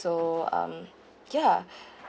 so um ya